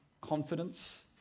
confidence